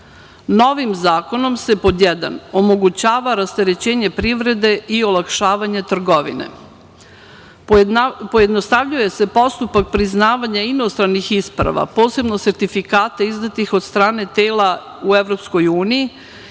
zakonom se pod 1. - Omogućava rasterećenje privrede i olakšavanje trgovine. Pojednostavljuje se postupak inostranih isprava, posebno sertifikata izdatih od strane tela u EU,